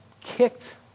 kicked